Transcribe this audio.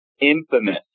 infamous